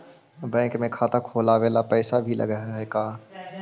Bank में खाता खोलाबे ल पैसा भी लग है का?